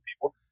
people